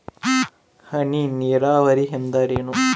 ಹನಿ ನೇರಾವರಿ ಎಂದರೇನು?